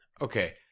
okay